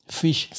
fish